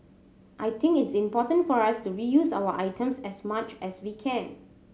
I think it's important for us to reuse our items as much as we can